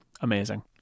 amazing